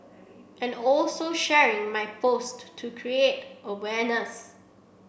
and also sharing my post to create awareness